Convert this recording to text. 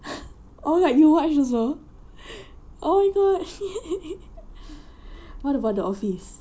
oh like you watch also oh my gosh what about the office